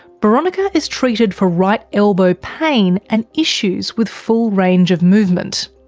boronika is treated for right elbow pain, and issues with full range of movement.